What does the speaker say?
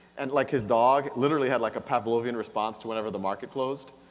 and like his dog literally had like a pavlovian response to whenever the market closed.